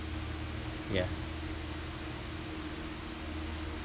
yeah